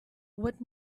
what